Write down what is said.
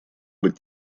быть